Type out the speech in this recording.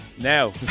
Now